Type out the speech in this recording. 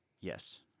yes